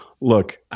Look